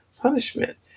punishment